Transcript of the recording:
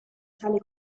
sale